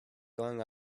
going